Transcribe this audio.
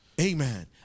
Amen